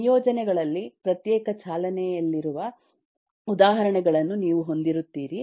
ನಿಯೋಜನೆಗಳಲ್ಲಿ ಪ್ರತ್ಯೇಕ ಚಾಲನೆಯಲ್ಲಿರುವ ಉದಾಹರಣೆಗಳನ್ನು ನೀವು ಹೊಂದಿರುತ್ತೀರಿ